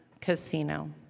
casino